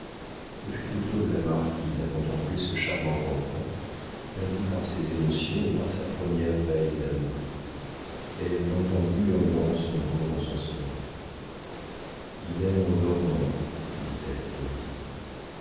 ce fut au tour de la marquise à contempler ce charmant enfant pâli par ses émotions et par sa première veille d'amour elle l'entendit murmurant son nom dans son sommeil il aime en dormant dit-elle à camille